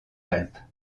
alpes